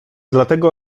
dlatego